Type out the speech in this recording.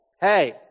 hey